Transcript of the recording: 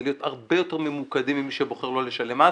להיות הרבה יותר ממוקדים עם מי שבוחר לא לשלם מס